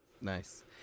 Nice